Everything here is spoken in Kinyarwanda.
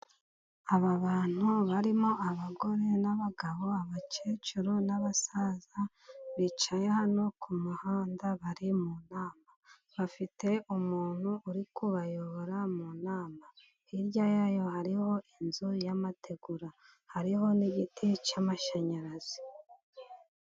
Aba bantu barimo abagore n'abagabo, abakecuru n'abasaza bicaye hano ku muhanda, bari mu nama bafite umuntu uri kubayobora mu nama, hirya yayo hariho inzu y'amategura, hariho n'igiti cy'amashanyarazi.